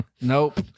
Nope